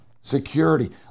security